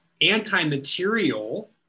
anti-material